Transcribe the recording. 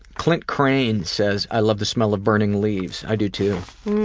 clint crane says i love the smell of burning leaves. i do too.